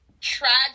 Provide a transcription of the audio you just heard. tragic